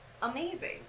Amazing